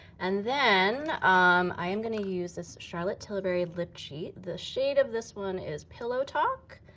and then um i am gonna use this charlotte tilbury lip cheat. the shade of this one is pillow talk,